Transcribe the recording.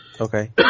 Okay